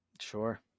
sure